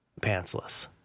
pantsless